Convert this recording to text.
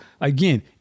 Again